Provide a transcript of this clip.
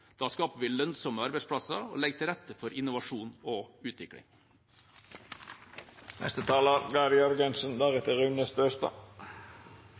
Da skaper vi lønnsomme arbeidsplasser og legger til rette for innovasjon og